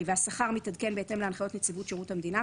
והשכר מתעדכן בהתאם להנחיות נציבות שירות המדינה,